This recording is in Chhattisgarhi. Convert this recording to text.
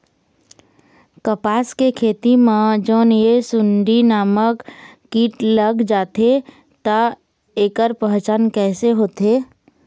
कपास के खेती मा जोन ये सुंडी नामक कीट लग जाथे ता ऐकर पहचान कैसे होथे?